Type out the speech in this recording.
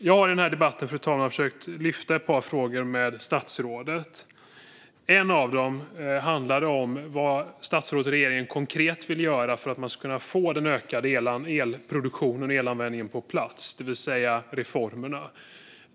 Jag har i den här debatten, fru talman, tagit upp ett par frågor med statsrådet. En av dem handlade om vad statsrådet och regeringen konkret vill göra för att man ska kunna få den ökade elproduktionen och elanvändningen på plats, det vill säga reformerna.